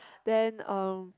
then uh